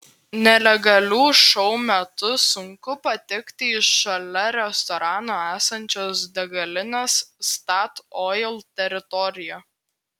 nelegalių šou metu sunku patekti į šalia restorano esančios degalinės statoil teritoriją